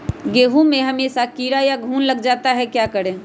गेंहू में हमेसा कीड़ा या घुन लग जाता है क्या करें?